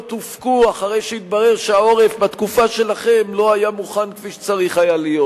הופקו אחרי שהתברר שהעורף בתקופה שלכם לא היה מוכן כפי שצריך היה להיות.